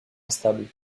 instables